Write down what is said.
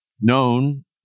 known